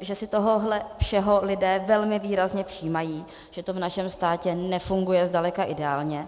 že si tohohle všeho lidé velmi výrazně všímají, že to v našem státě nefunguje zdaleka ideálně.